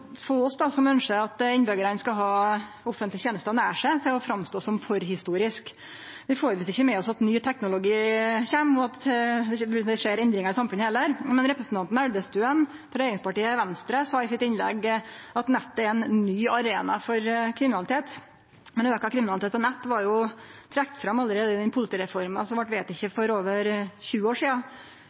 ønskjer at innbyggjarane skal ha offentlege tenester nær seg, til å stå fram som forhistoriske. Vi får visst ikkje med oss at ny teknologi kjem, og heller ikkje at det skjer endringar i samfunnet. Representanten Elvestuen, frå regjeringspartiet Venstre, sa i innlegget sitt at nettet er ein ny arena for kriminalitet – men auka kriminalitet på nett vart jo trekt fram allereie i den politireforma som vart vedteken for over 20 år sidan.